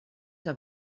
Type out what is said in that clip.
que